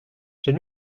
j’ai